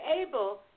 able